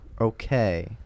Okay